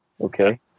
Okay